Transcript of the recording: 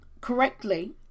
correctly